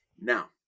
now